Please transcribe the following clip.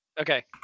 okay